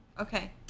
Okay